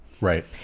Right